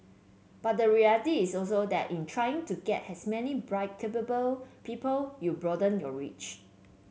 but the reality is also that in trying to get as many bright capable people you broaden your reach